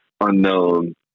unknown